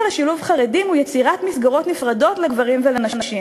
לשילוב חרדים הוא יצירת מסגרות נפרדות לגברים ולנשים,